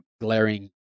glaring